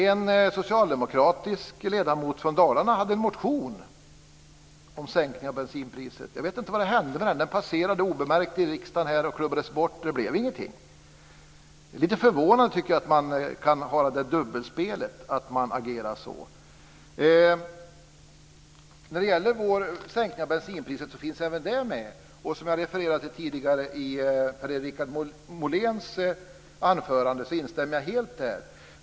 En socialdemokratisk ledamot från Dalarna väckte en motion om sänkning av bensinpriset. Jag vet inte vad som hände med den. Den passerade obemärkt i riksdagen. Den avslogs och det blev ingenting. Det är lite förvånande att man kan föra ett sådant dubbelspel och agerar så. Även en sänkning av bensinpriset finns med i vår budget. Jag refererade tidigare till Per-Richard Moléns anförande och instämmer helt i det.